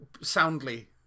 soundly